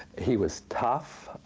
he was tough,